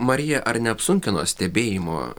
marija ar neapsunkino stebėjimo